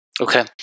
okay